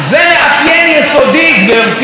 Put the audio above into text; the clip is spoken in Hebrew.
בחברה דמוקרטית,